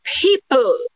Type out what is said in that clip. people